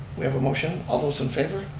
we have a motion. all those in favor?